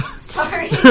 sorry